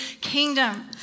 kingdom